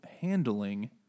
handling